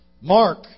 Mark